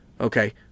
okay